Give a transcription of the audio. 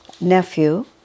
nephew